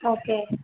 okay